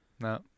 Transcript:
No